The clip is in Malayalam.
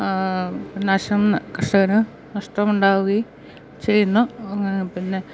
നാശം കർഷകന് നഷ്ടമുണ്ടാകുകയും ചെയ്യുന്നു പിന്നെ